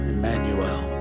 Emmanuel